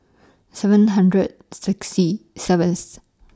seven hundred sexy seventh